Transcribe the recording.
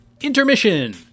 intermission